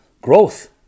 growth